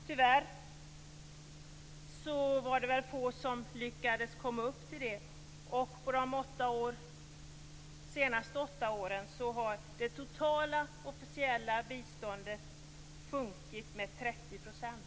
Tyvärr var det få som lyckades komma upp till det. På de senaste åtta åren har det totala officiella biståndet sjunkit med 30 %.